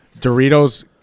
Doritos